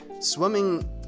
Swimming